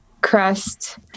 crest